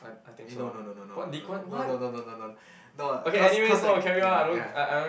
eh no no no no no no no no no no no no cause cause I ya ya